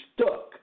stuck